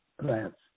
plants